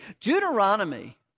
Deuteronomy